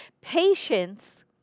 Patience